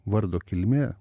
vardo kilmė